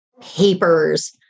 papers